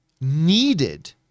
needed